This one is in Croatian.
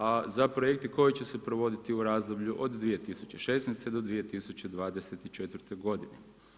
A za projekte koji će se provoditi u razdoblju od 2016.-2024. godine.